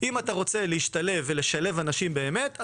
אם אתה רוצה להשתלב ולשלב אנשים באמת,